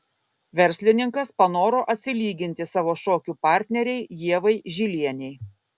verslininkas panoro atsilyginti savo šokių partnerei ievai žilienei